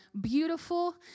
beautiful